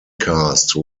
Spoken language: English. cast